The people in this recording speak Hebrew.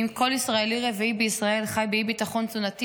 אם כל ישראלי רביעי בישראל חי באי-ביטחון תזונתי,